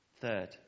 Third